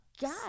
God